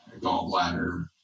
gallbladder